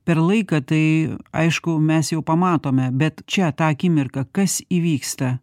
per laiką tai aišku mes jau pamatome bet čia tą akimirką kas įvyksta